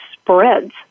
spreads